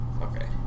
Okay